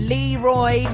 Leroy